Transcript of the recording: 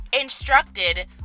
instructed